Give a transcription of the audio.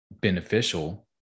beneficial